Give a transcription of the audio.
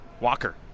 Walker